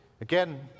Again